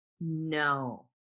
No